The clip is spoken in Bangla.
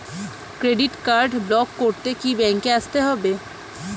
ক্রেডিট কার্ড ব্লক করতে কি ব্যাংকে আসতে হবে?